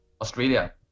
Australia